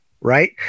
right